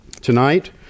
Tonight